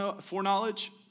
foreknowledge